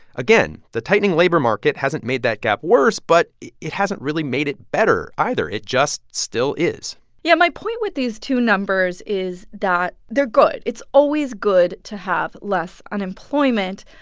again, the tightening labor market hasn't made that gap worse, but it it hasn't really made it better either. it just still is yeah. my point with these two numbers is that they're good. good. it's always good to have less unemployment.